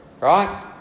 right